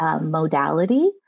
modality